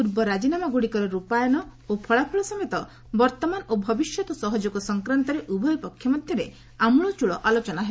ପୂର୍ବ ରାଜିନାମାଗୁଡ଼ିକର ରୂପାୟନ ଫଳାଫଳ ସମେତ ବର୍ତ୍ତମାନ ଓ ଭବିଷ୍ୟତ୍ ସହଯୋଗ ସଂକ୍ରାନ୍ତରେ ଉଭୟ ପକ୍ଷ ମଧ୍ୟରେ ଆମ୍ବଳଚ୍ଚଳ ଆଲୋଚନା ହେବ